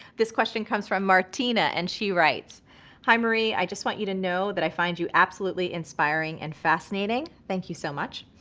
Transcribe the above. this question comes from martina and she writes hi marie, i just want you to know that i find you absolutely inspiring and fascinating. thank you so much.